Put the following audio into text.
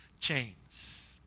chains